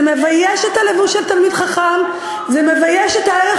זה מבייש את הלבוש של תלמיד חכם,